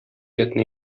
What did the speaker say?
этне